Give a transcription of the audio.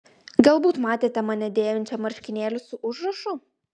galbūt matėte mane dėvinčią marškinėlius su užrašu